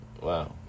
Wow